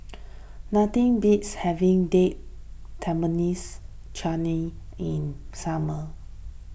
nothing beats having Date Tamarinds Chutney in summer